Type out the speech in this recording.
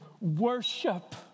Worship